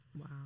Wow